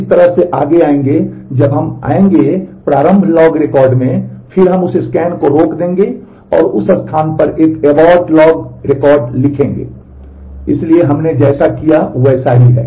इसलिए हमने जैसा किया वैसा ही है